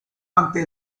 ante